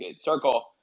circle